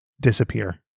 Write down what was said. disappear